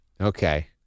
Okay